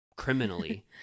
criminally